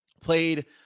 played